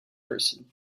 person